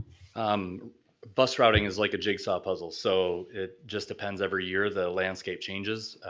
um bus driving is like a jigsaw puzzle, so it just depends. every year, the landscape changes,